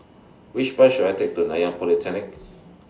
Which Bus should I Take to Nanyang Polytechnic